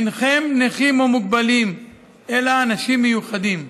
אינכם נכים או מוגבלים אלא אנשים מיוחדים,